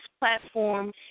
platform